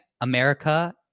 America